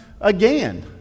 again